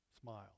Smile